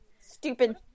stupid